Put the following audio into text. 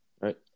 right